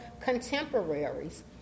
contemporaries